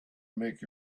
make